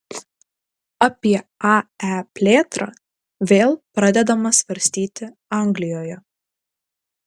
apie ae plėtrą vėl pradedama svarstyti anglijoje